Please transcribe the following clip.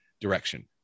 direction